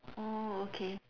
orh okay